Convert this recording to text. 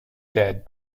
dead